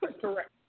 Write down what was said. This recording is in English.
Correct